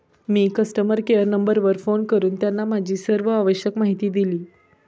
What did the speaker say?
मी customer care नंबरवर phone करून त्यांना माझी सर्व आवश्यक माहिती दिली